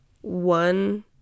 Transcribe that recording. one